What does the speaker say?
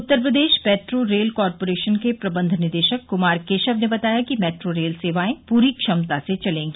उत्तर Pradesh metro rail corporation के प्रबंध निदेशक कुमार केशव ने बताया कि मेट्रो रेल सेवाएं पूरी क्षमता से चलेंगी